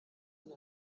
ganz